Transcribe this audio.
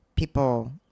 People